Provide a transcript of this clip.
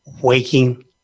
waking